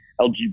LGBT